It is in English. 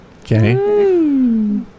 Okay